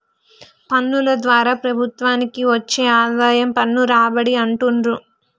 పన్నుల ద్వారా ప్రభుత్వానికి వచ్చే ఆదాయం పన్ను రాబడి అంటుండ్రు